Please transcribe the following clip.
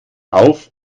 auf